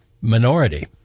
minority